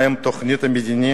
מה עם תוכנית מדינית